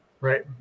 Right